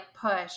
push